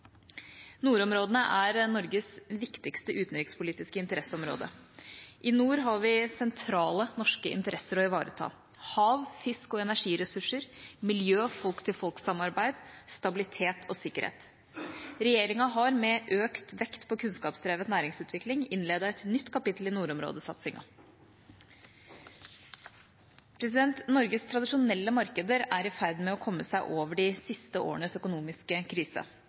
Nordområdene er Norges viktigste utenrikspolitiske interesseområde. I nord har vi sentrale norske interesser å ivareta: hav-, fiske- og energiressurser, miljø- og folk-til-folk-samarbeid, stabilitet og sikkerhet. Regjeringa har med økt vekt på kunnskapsdrevet næringsutvikling innledet et nytt kapittel i nordområdesatsinga. Norges tradisjonelle markeder er i ferd med å komme seg over de siste årenes økonomiske krise.